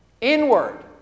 Inward